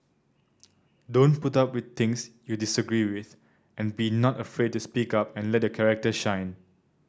don't put up with things you disagree with and be not afraid to speak up and let your character shine